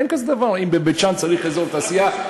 אין כזה דבר שאם בבית-שאן צריך אזור תעשייה,